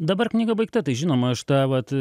dabar knyga baigta tai žinoma aš tą vat